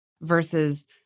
versus